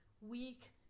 Weak